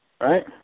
right